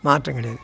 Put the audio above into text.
மாற்றம் கிடையாது